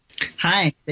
Hi